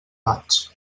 vaig